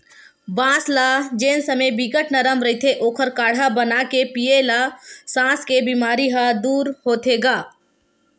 बांस ल जेन समे बिकट नरम रहिथे ओखर काड़हा बनाके पीए ल सास के बेमारी ह दूर होथे गा